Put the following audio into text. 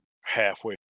halfway